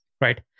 right